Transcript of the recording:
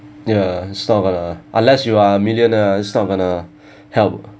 ya it's not going to unless you are a millionaire it's not going to help